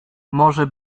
może